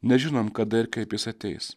nežinom kada ir kaip jis ateis